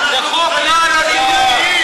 איזה מין התנהגות